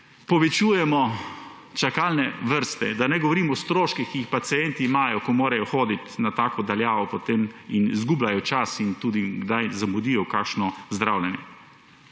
povečujemo čakalne vrste. Da ne govorim o stroških, ki jih pacienti imajo, ko morajo potem hoditi na tako daljavo in izgubljajo čas in tudi kdaj zamudijo kakšno zdravljenje.